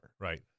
Right